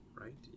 right